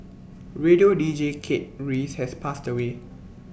radio deejay Kate Reyes has passed away